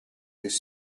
this